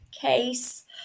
case